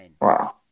Wow